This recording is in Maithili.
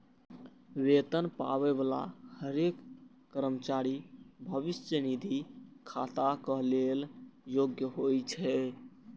वेतन पाबै बला हरेक कर्मचारी भविष्य निधि खाताक लेल योग्य होइ छै